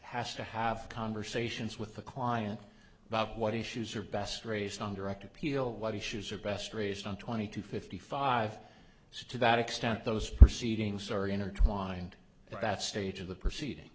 has to have conversations with the client about what issues are best raised on direct appeal what issues are best raised on twenty to fifty five so to that extent those proceedings are intertwined with that stage of the proceedings